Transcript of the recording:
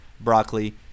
broccoli